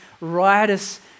riotous